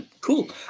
cool